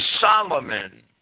Solomon